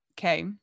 Okay